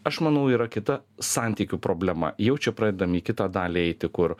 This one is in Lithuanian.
aš manau yra kita santykių problema jau čia pradedam į kitą dalį eiti kur